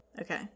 Okay